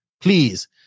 please